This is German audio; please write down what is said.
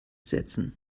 setzen